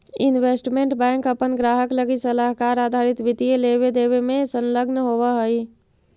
investment bank अपना ग्राहक लगी सलाहकार आधारित वित्तीय लेवे देवे में संलग्न होवऽ हई